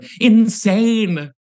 insane